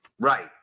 Right